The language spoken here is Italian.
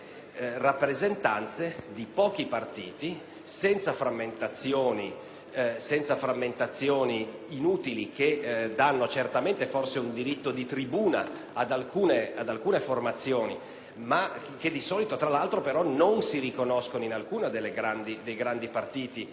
rappresentanze di pochi partiti, senza frammentazioni inutili, che danno certamente un diritto di tribuna ad alcune formazioni, le quali però poi di solito non si riconoscono in alcuno dei grandi partiti